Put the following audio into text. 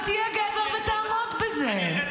אבל תהיה גבר ותעמוד בזה.